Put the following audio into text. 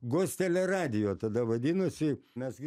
gostelė radijo tada vadinasi mes gi s